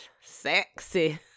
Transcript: sexy